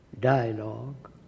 dialogue